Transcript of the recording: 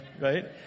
right